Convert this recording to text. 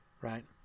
right